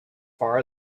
far